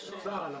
צה"ל,